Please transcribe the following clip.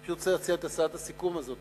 אני פשוט רוצה להציע את הצעת הסיכום הזאת,